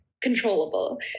controllable